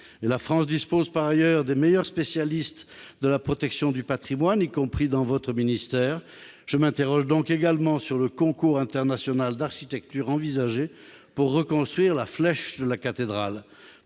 la France dispose par ailleurs des meilleurs spécialistes de la protection du Patrimoine, y compris dans votre ministère, je m'interroge donc également sur le concours international d'architecture envisagée pour reconstruire la flèche de la cathédrale,